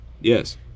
Yes